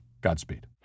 Godspeed